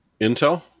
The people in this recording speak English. Intel